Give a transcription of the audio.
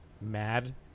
mad